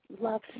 love